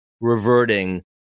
reverting